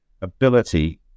ability